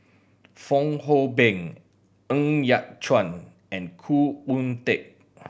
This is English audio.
Fong Hoe Beng Ng Yat Chuan and Khoo Oon Teik